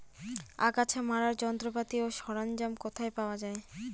আগাছা মারার যন্ত্রপাতি ও সরঞ্জাম কোথায় পাওয়া যাবে?